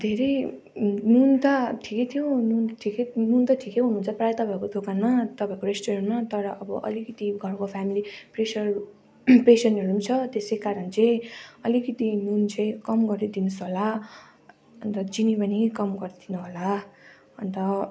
धेरै नुन त ठिकै थियो नुन ठिकै नुन त ठिकै हुन्छ प्रायः तपाईँहरूको दोकानमा तपाईँहरूको रेस्टुरेन्टमा तर अलिकति घरको फेमिली प्रेसर पेसेन्टहरू पनि छ त्यसै कारण चाहिँ अलिकति नुन चाहिँ कम गरिदिनुस् होला अन्त चिनी पनि कम गरिदिनुहोला अन्त